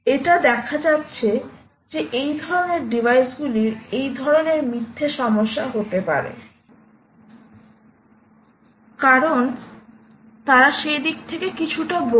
এটা দেখা যাচ্ছে যে যেহেতু এই ধরণের ডিভাইসগুলি এদিক থেকে কিছুটা বোকা সেহেতু এই ডিভাইসগুলির দ্বারা এরকম ধরণের মিথ্যা সমস্যা হতে পারে